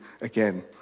again